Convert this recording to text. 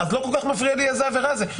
אז לא כל כך מפריע לי איזו עבירה זו.